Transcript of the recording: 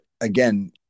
again –